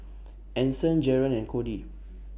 Anson Jaren and Cody